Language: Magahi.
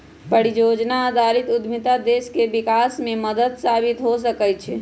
परिजोजना आधारित उद्यमिता देश के विकास में मदद साबित हो सकइ छै